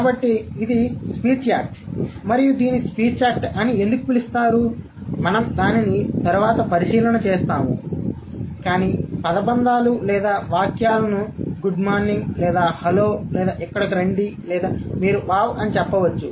కాబట్టి ఇది speech act మరియు దీనిని స్పీచ్ యాక్ట్ అని ఎందుకు పిలుస్తారు మనము దానిని తర్వాత పరిశీలన చేస్తాము కానీ పదబంధాలు లేదా వాక్యాలను గుడ్ మార్నింగ్ లేదా హలో లేదా ఇక్కడకు రండి లేదా మీరు వావ్ అని చెప్పవచ్చు